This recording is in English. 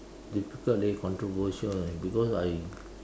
difficult leh controversial leh because I